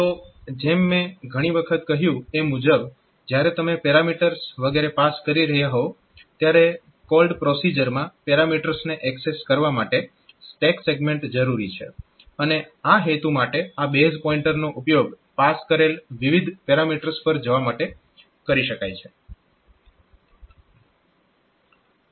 તો જેમ મેં ઘણી વખત કહ્યું એ મુજબ જ્યારે તમે પેરામીટર્સ વગેરે પાસ કરી રહ્યાં હોવ ત્યારે કોલ્ડ પ્રોસીજર માં પેરામીટર્સને એક્સેસ કરવા માટે સ્ટેક સેગમેન્ટ જરૂરી છે અને આ હેતુ માટે આ બેઝ પોઈન્ટરનો ઉપયોગ પાસ કરેલ વિવિધ પેરામીટર્સ પર જવા માટે કરી શકાય છે